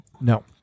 No